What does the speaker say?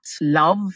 love